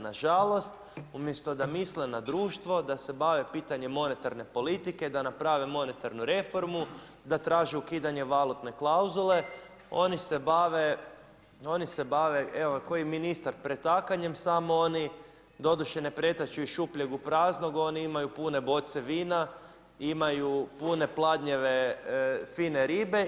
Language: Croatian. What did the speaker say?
Nažalost, umjesto da misle na društvo, da se bave pitanjem monetarne politike, da naprave monetarnu reformu, da traže ukidanje valutne klauzule, oni se bave, oni se bave, evo kao i ministar pretakanjem samo onih, doduše ne pretaču iz šupljeg u prazno, oni imaju pune boce vina, imaju pune pladnjeve fine ribe.